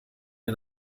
der